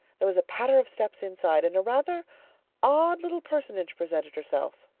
there was a patter of steps inside and a rather odd little personage presented herself.